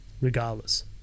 regardless